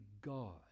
God